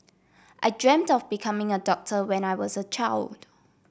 I dreamt of becoming a doctor when I was a child